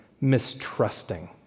mistrusting